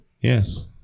Yes